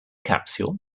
capsule